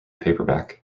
paperback